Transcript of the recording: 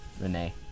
Renee